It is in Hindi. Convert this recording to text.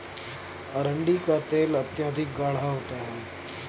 अरंडी का तेल अत्यधिक गाढ़ा होता है